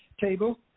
table